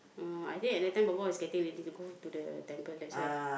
uh I think at that time boy boy was getting ready to go to the temple that's why